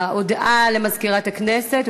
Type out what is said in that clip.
הודעה למזכירת הכנסת,